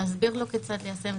להסביר לו כיצד ליישם.